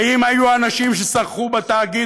ואם היו אנשים שסרחו בתאגיד,